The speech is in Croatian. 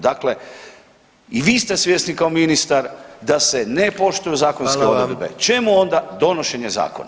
Dakle, i vi ste svjesni kao ministar da se ne poštuju zakonske odredbe [[Upadica: Hvala vam.]] čemu onda donošenje zakona.